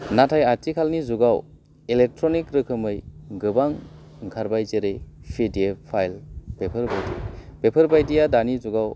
नाथाय आथिखालनि जुगाव एलेक्ट्रनिक रोखोमै गोबां ओंखारबाय जेरै फिडिएफ फाइल बेफोरबायदि बेफोरबायदिया दानि जुगाव